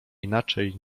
inaczej